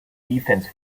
defense